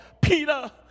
peter